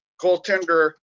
goaltender